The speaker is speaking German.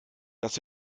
das